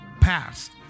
passed